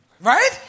Right